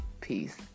Peace